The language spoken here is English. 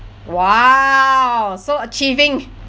!wow! so achieving